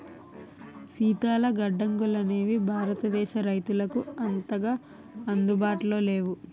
శీతల గడ్డంగులనేవి భారతదేశ రైతులకు అంతగా అందుబాటులో లేవు